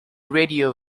radio